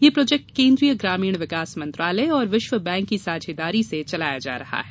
ये प्रोजेक्ट केन्द्रीय ग्रामीण विकास मंत्रालय और विश्व बैंक की साझेदारी से चलाया जा रहा है